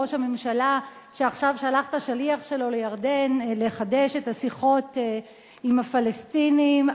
ראש הממשלה שעכשיו שלח את השליח שלו לירדן לחדש את השיחות עם הפלסטינים,